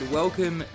welcome